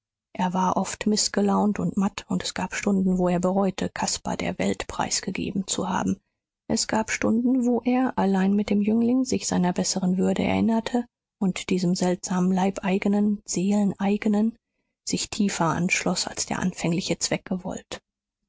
er war oft mißgelaunt und matt und es gab stunden wo er bereute caspar der welt preisgegeben zu haben es gab stunden wo er allein mit dem jüngling sich seiner besseren würde erinnerte und diesem seltsam leibeigenen seeleneigenen sich tiefer anschloß als der anfängliche zweck gewollt